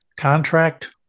Contract